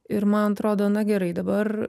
ir man atrodo na gerai dabar